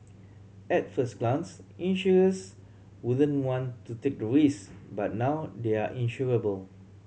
at first glance insurers wouldn't want to take the risk but now they are insurable